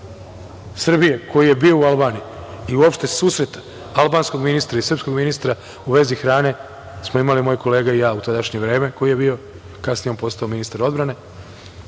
Srbije koji je bio u Albaniji i uopšte susreta albanskog ministra i srpskog ministra u vezi hrane smo imali moj kolega i ja u tadašnje vreme, kasnije je on postao ministar odbrane.